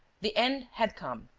the end had come.